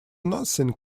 nothing